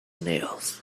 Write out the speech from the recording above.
nails